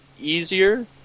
easier